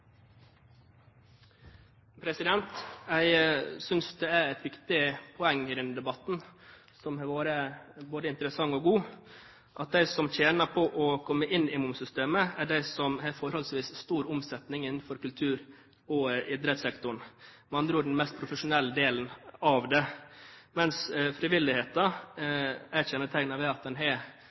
et viktig poeng i denne debatten, som har vært både interessant og god, at de som tjener på å komme inn i momssystemet, er de som har forholdsvis stor omsetning innenfor kultur- og idrettssektoren, med andre ord, den mest profesjonelle delen av det, mens frivilligheten er kjennetegnet ved at en har